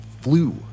flew